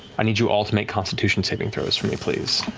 i need you all to make constitution-saving throws for me, please.